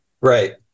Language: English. Right